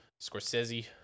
Scorsese